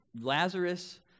Lazarus